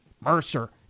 Mercer